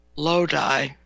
Lodi